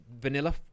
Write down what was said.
Vanilla